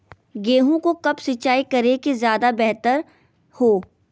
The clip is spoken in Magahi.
गेंहू को कब सिंचाई करे कि ज्यादा व्यहतर हो?